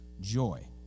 Joy